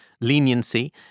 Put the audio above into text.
leniency